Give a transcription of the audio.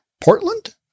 Portland